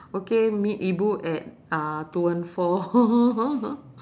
okay meet ibu at uh two one four